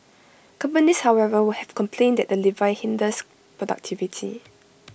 companies however will have complained that the levy hinders productivity